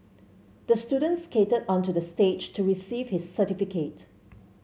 the student skated onto the stage to receive his certificate